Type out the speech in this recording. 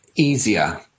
easier